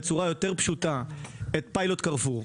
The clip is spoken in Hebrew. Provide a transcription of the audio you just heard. על מנת לאפשר בצורה יותר פשוטה את פיילוט קרפור.